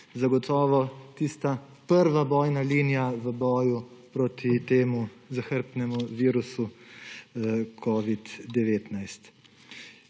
zagotovo tista prva bojna linija v boju proti temu zahrbtnemu virusu covid-19.